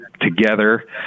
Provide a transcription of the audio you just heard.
together